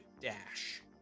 dash